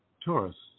tourists